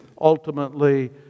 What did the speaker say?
ultimately